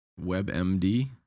WebMD